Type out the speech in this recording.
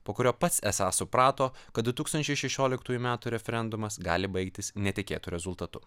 po kurio pats esą suprato kad du tūkstančiai šešioliktųjų metų referendumas gali baigtis netikėtu rezultatu